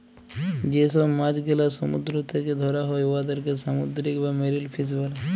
যে ছব মাছ গেলা সমুদ্দুর থ্যাকে ধ্যরা হ্যয় উয়াদেরকে সামুদ্দিরিক বা মেরিল ফিস ব্যলে